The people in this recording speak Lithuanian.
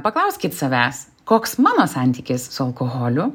paklauskit savęs koks mano santykis su alkoholiu